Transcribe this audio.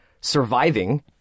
surviving